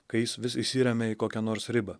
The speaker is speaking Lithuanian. kai jis vis įsiremia į kokią nors ribą